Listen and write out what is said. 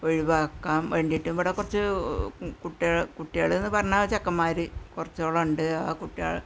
ഒഴിവാക്കാന് വേണ്ടിയിട്ട് ഇവിടെ കുറച്ച് കുട്ടികള് കുട്ടികളെന്ന് പറഞ്ഞാൽ ചെക്കന്മാർ കുറച്ചോളമുണ്ട് ആ കുട്ടികൾ